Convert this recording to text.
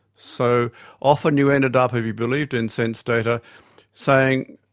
so often you ended up if you believed in sense data saying,